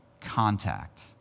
contact